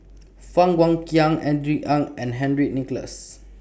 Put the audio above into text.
Fang Guixiang Andrew Ang and Henry Nicholas